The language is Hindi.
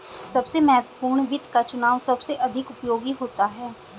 सबसे महत्वपूर्ण वित्त का चुनाव सबसे अधिक उपयोगी होता है